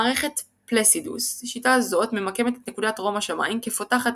מערכת פלסידוס - שיטה זאת ממקמת את נקודת רום השמיים כפותחת